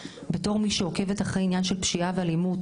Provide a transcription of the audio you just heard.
בתור מי שעוקבת אחרי העניין של פשיעה ואלימות,